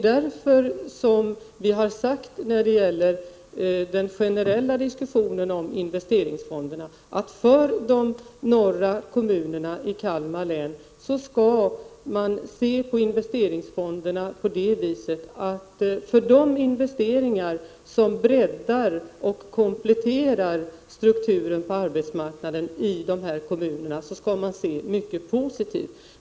När det gäller den generella diskussionen om investeringsfonderna har vi därför sagt att man för de norra kommunerna i Kalmar län skall se mycket positivt på de investeringar som breddar och kompletterar strukturen på arbetsmarknaden i dessa kommuner.